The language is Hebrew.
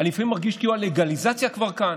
אני לפעמים מרגיש כאילו הלגליזציה כבר כאן.